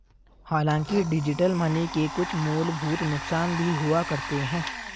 हांलाकि digital money के कुछ मूलभूत नुकसान भी हुआ करते हैं